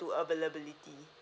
to availability